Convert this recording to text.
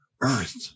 earth